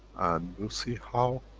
and we'll see how